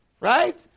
right